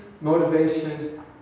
motivation